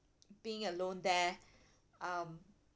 being alone there um